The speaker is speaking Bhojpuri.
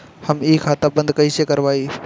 हम इ खाता बंद कइसे करवाई?